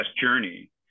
journey